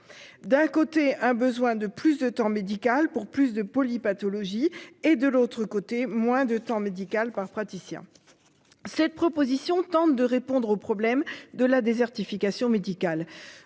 d'un côté, un besoin de plus de temps médical pour plus de pathologies et de l'autre côté moins de temps médical par praticien. Cette proposition tente de répondre au problème de la désertification médicale.